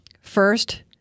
First